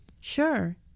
Sure